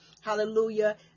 hallelujah